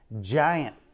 giant